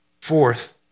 Fourth